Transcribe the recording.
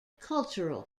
cultural